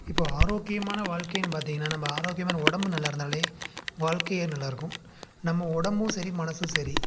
இப்போ ஆரோக்கியமான வாழ்க்கைன்னு பார்த்திங்கன்னா நம்ம ஆரோக்கியமான உடம்பு நல்லா இருந்தாலே வாழ்க்கையே நல்லாயிருக்கும் நம்ம உடம்பும் சரி மனசும் சரி